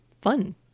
Fun